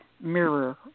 mirror